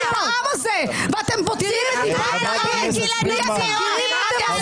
ואתם מוציאים דיבת הארץ בלי הכרה.